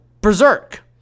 Berserk